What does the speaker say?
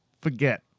forget